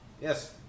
yes